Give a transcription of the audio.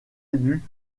élu